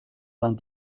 vingt